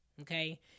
Okay